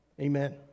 Amen